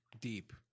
deep